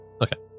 Okay